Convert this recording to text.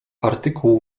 artykuł